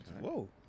Whoa